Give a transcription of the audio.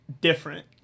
Different